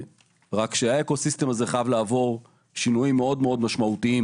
רק שה- Eco System הזה חייב לעבור שינויים מאוד מאוד משמעותיים,